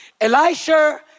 Elisha